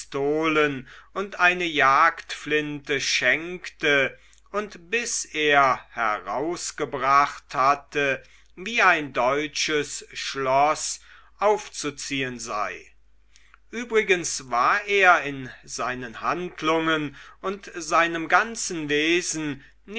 pistolen und eine jagdflinte schenkte und bis er herausgebracht hatte wie ein deutsches schloß aufzuziehen sei übrigens war er in seinen handlungen und seinem ganzen wesen